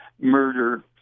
murder